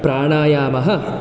प्राणायामः